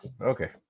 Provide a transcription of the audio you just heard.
Okay